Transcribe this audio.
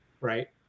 right